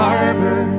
Harbor